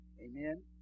amen